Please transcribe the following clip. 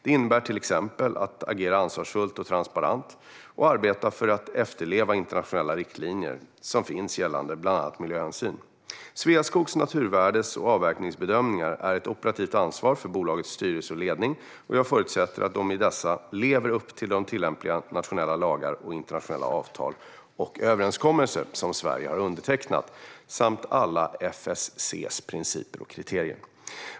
Det innebär till exempel att agera ansvarsfullt och transparent och arbeta för att efterleva internationella riktlinjer som finns gällande bland annat miljöhänsyn. Sveaskogs naturvärdes och avverkningsbedömningar är ett operativt ansvar för bolagets styrelse och ledning, och jag förutsätter att de i dessa lever upp till tillämpliga nationella lagar och de internationella avtal och överenskommelser som Sverige har undertecknat, samt alla FSC:s principer och kriterier.